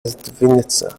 сдвинется